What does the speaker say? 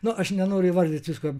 nu aš nenoriu įvardyt visko